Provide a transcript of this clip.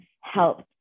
helped